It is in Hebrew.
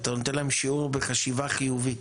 אתה נותן להם שיעור בחשיבה חיובית.